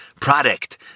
product